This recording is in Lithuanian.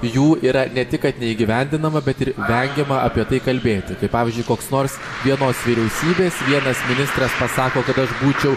jų yra ne tik kad neįgyvendinama bet ir vengiama apie tai kalbėti tai pavyzdžiui koks nors vienos vyriausybės vienas ministras pasako kad aš būčiau